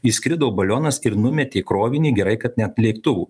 įskrido balionas ir numetė krovinį gerai kad ne ant lėktuvo